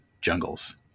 jungles